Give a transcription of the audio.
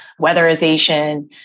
weatherization